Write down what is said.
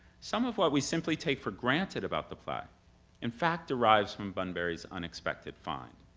some of what we simply take for granted about the play in fact derives from bunbury's unexpected find.